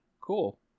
Cool